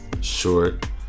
short